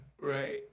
Right